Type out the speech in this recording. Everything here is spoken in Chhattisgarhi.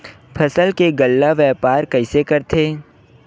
फसल के गल्ला व्यापार कइसे करथे?